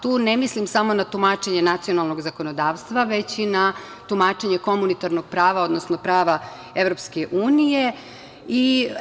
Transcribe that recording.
Tu ne mislim samo na tumačenje nacionalnog zakonodavstva, već i na tumačenje komunitarnog prava, odnosno prava Evropske unije.